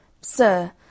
Sir